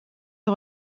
est